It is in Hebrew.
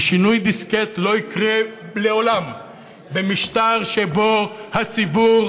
ושינוי דיסקט לא יקרה לעולם במשטר שבו הציבור